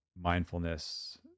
mindfulness